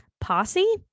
posse